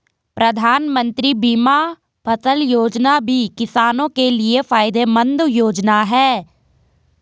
प्रधानमंत्री बीमा फसल योजना भी किसानो के लिये फायदेमंद योजना है